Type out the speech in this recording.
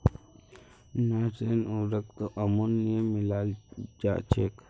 nitrogen उर्वरकत ammonia मिलाल जा छेक